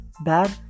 bad